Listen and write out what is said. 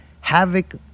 havoc